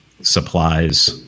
supplies